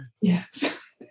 yes